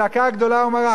זעקה גדולה ומרה,